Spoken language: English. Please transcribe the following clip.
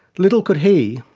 little could he,